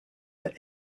that